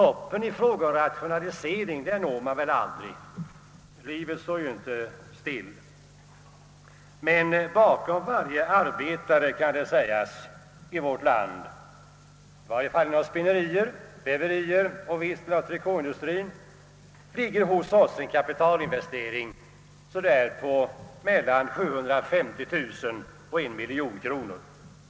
Toppen i fråga om rationalisering når man väl aldrig — livet står ju inte still — men bakom varje arbetare inom spinnerier, väverier och viss del av trikåindustrien ligger hos oss en kapitalinvestering på mellan 750 000 och 1 miljon kronor.